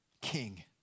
King